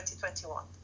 2021